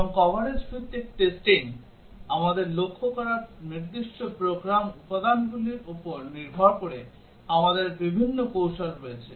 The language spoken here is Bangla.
এবং কভারেজ ভিত্তিক টেস্টিং আমাদের লক্ষ্য করা নির্দিষ্ট প্রোগ্রাম উপাদানগুলির উপর নির্ভর করে আমাদের বিভিন্ন কৌশল রয়েছে